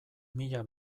mila